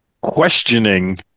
questioning